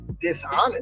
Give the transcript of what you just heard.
dishonest